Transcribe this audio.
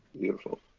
Beautiful